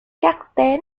carter